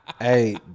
Hey